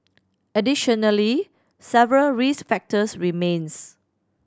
additionally several risk factors remains